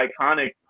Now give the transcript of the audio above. iconic